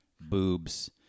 boobs